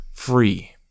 free